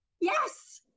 yes